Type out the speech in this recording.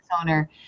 owner